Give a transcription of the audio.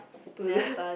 student